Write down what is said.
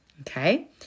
Okay